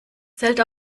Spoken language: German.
zelt